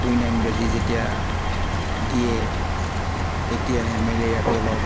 quinine বেজী যেতিয়া দিয়ে তেতিয়াহে মেলেৰিয়াটো অলপ